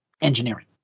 Engineering